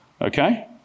Okay